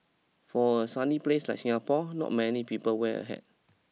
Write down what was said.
for a sunny place like Singapore not many people wear a hat